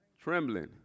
Trembling